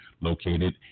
located